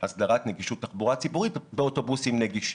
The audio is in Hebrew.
הסדרת נגישות תחבורה ציבורית באוטובוסים נגישים.